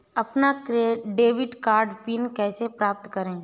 अपना debit card pin कैसे प्राप्त करें?